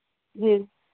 ਜੀ